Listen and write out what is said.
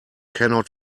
cannot